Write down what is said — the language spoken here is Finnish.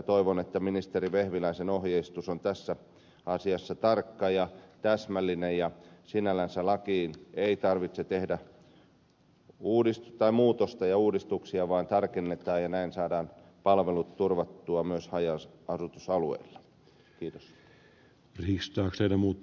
toivon että ministeri vehviläisen ohjeistus on tässä asiassa tarkka ja täsmällinen ja sinällänsä lakiin ei tarvitse tehdä muutosta ja uudistuksia vaan tarkennetaan ja näin saadaan palvelut turvattua myös haja asutusalueilla